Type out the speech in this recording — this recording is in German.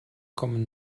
kommen